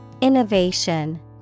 Innovation